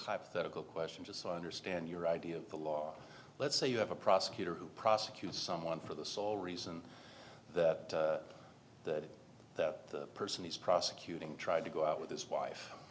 hypothetical question just so i understand your idea of the law let's say you have a prosecutor who prosecute someone for the sole reason that that that person is prosecuting trying to go out with this wife